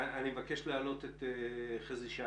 אני מבקש להעלות את חזי שייב,